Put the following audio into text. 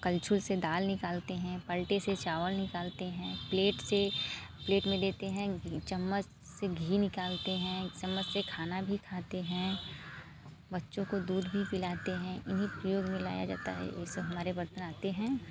कल्छूल से दाल निकालते हैं पलटे से चावल निकालते हैं प्लेट से प्लेट में देते हैं घी चम्मच से घी निकालते हैं चम्मच से खाना भी खाते हैं बच्चों को दूध भी पिलाते हैं इन्हीं प्रयोग में लाया जाता है ये सब हमारे बर्तन आते हैं